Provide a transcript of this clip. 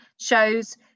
shows